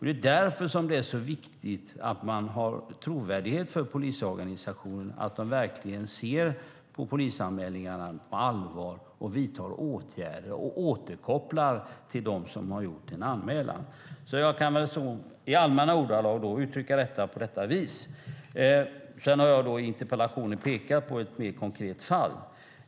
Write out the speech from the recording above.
Det är därför som det är så viktigt att polisorganisationen har en trovärdighet, att man verkligen tar polisanmälningarna på allvar och vidtar åtgärder och återkopplar till dem som har gjort en anmälan. Jag kan i allmänna ordalag uttrycka det på det viset. Sedan har jag i interpellationen pekat på ett mer konkret fall.